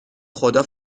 خدا